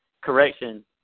Correction